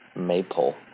maple